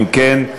אם כן,